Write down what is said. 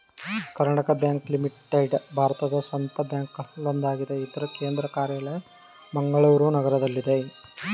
Karnataka bank limited ಭಾರತದ ಸ್ವಂತ ಬ್ಯಾಂಕ್ಗಳಲ್ಲೊಂದಾಗಿದೆ ಇದ್ರ ಕೇಂದ್ರ ಕಾರ್ಯಾಲಯ ಮಂಗಳೂರು ನಗರದಲ್ಲಿದೆ